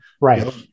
right